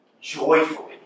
joyfully